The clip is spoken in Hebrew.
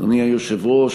אדוני היושב-ראש,